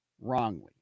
wrongly